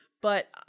but-